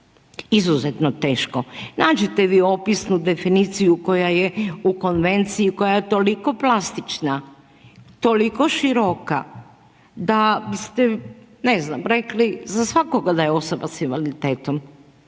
Izuzetno teško. Nađete vi opisnu definiciju koja je u Konvenciji, koja je toliko plastična, toliko široka da biste ste, ne znam rekli za svakoga da je osoba sa invaliditetom